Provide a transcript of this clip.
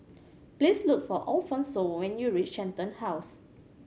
please look for Alfonse when you reach Shenton House